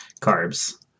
carbs